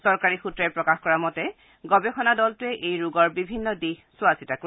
চৰকাৰী সূত্ৰই প্ৰকাশ কৰা মতে গৱেষণা দলটোৱে এই ৰোগৰ বিভিন্ন দিশ চোৱাচিতা কৰিব